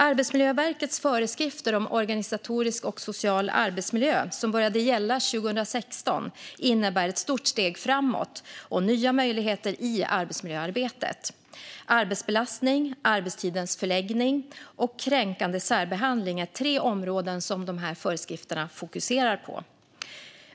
Arbetsmiljöverkets föreskrifter om organisatorisk och social arbetsmiljö, som började gälla 2016, innebär ett stort steg framåt och nya möjligheter i arbetsmiljöarbetet. Arbetsbelastning, arbetstidens förläggning och kränkande särbehandling är tre områden som föreskrifterna fokuserar på.